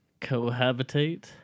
cohabitate